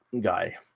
guy